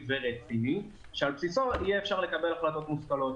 ורציני שעל בסיסו אפשר יהיה לקבל החלטות מושכלות.